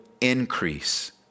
increase